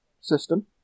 system